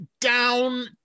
down